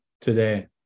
today